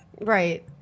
Right